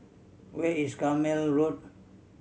where is Carpmael Road